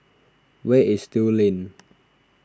where is Still Lane